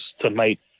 tonight